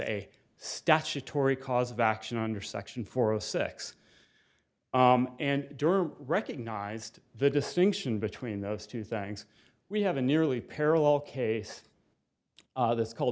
a statutory cause of action under section four of six and der recognized the distinction between those two things we have a nearly parallel case this call